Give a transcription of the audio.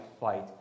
fight